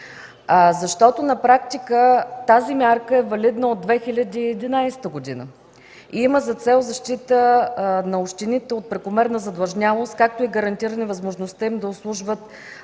общините? На практика тази мярка е валидна от 2011 г. и има за цел защита на общините от прекомерна задлъжнялост, както и гарантиране възможността им да обслужват